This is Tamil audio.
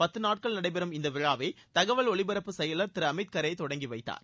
பத்து நாட்கள் நடைபெறும் இந்த விழாவை தகவல் ஒலிபரப்புச் செயலர் திரு அமித் கரே தொடங்கி வைத்தார்